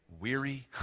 weary